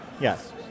yes